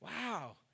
Wow